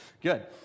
Good